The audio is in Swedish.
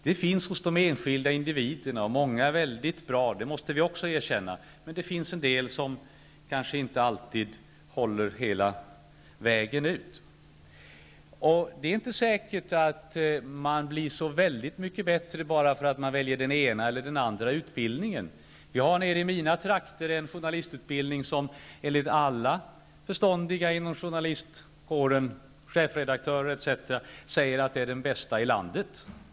Det finns bland de enskilda individerna många som är mycket bra, och det måste vi också erkänna. Men det finns en del som kanske inte alltid håller hela vägen ut. Det är inte säkert att man blir så väldigt mycket bättre därför att man väljer den ena eller andra utbildningen. Vi har nere i mina trakter en journalistutbildning som alla förståndiga inom journalistkåren, chefredaktörer etc., menar är den bästa i landet.